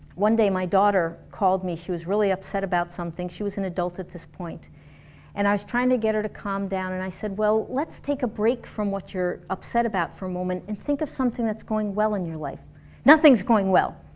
one day my daughter called me, she was really upset about something, she was an adult at this point and i was trying to get her to calm down, and i said, well let's take a break from what you're upset about for a moment and think of something that's going well in your life nothing's going well,